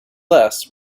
less